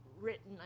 written